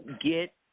Get